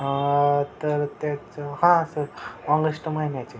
हां तर त्याचं हा सर ऑगस्ट महिन्याचे